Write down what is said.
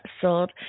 sold